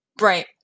Right